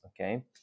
okay